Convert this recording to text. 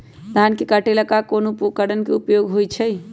धान के काटे का ला कोंन उपकरण के उपयोग होइ छइ?